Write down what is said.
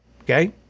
Okay